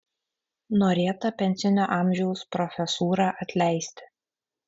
norėta pensinio amžiaus profesūrą atleisti